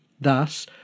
Thus